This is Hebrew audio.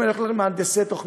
אם אני הולך למהנדסי תוכנה,